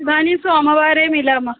इदानीं सोमवासरे मिलामः